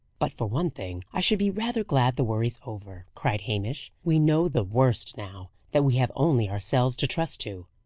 but for one thing, i should be rather glad the worry's over, cried hamish. we know the worst now that we have only ourselves to trust to.